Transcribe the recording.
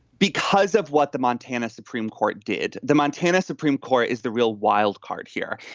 because of what the montana supreme court did. the montana supreme court is the real wild card here.